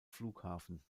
flughafen